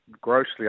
grossly